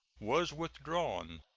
was withdrawn.